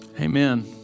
Amen